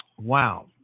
wow